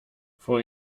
vor